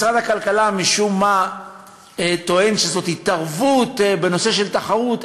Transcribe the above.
משרד הכלכלה משום מה טוען שזאת התערבות בנושא התחרות.